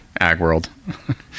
AgWorld